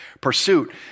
pursuit